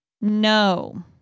No